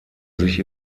sich